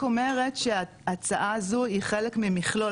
אני רק אומרת שההצעה הזו היא חלק ממכלול,